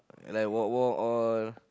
like walk walk all